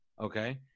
Okay